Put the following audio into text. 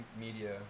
media